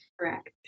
correct